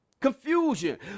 confusion